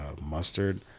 mustard